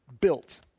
built